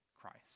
Christ